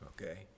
okay